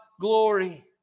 glory